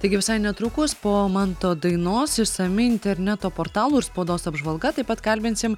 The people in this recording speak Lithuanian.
taigi visai netrukus po manto dainos išsami interneto portalų ir spaudos apžvalga taip pat kalbinsim